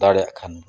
ᱫᱟᱲᱮᱭᱟᱜ ᱠᱷᱟᱱ ᱵᱚᱱ